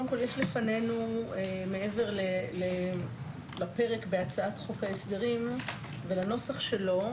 יש לפנינו מעבר לפרק בהצעת חוק ההסדרים והנוסח שלו,